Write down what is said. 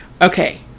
Okay